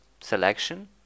selection